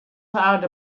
heard